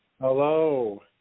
Hello